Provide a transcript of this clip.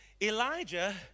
Elijah